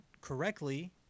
correctly